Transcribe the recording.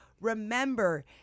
remember